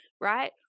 Right